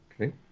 Okay